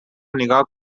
نیگا